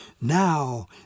Now